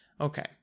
okay